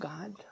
God